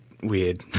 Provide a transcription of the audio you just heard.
Weird